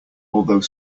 although